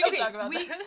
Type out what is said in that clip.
Okay